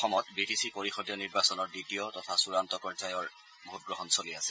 অসমত বিটিচি পৰিষদীয় নিৰ্বাচনৰ দ্বিতীয় তথা চূড়ান্ত পৰ্যায়ৰ ভোটগ্ৰহণ চলি আছে